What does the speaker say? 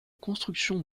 construction